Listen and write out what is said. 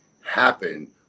happen